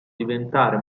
diventare